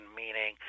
meaning